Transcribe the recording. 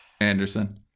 Anderson